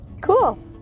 Cool